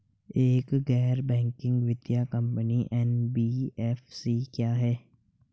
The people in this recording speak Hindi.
एक गैर बैंकिंग वित्तीय कंपनी एन.बी.एफ.सी क्या है?